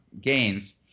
gains